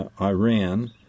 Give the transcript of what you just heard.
Iran